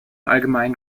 allgemeinen